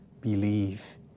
believe